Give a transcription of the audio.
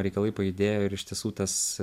reikalai pajudėjo ir iš tiesų tas